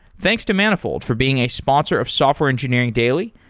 thanks to manifold for being a sponsor of software engineering daily,